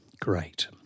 Great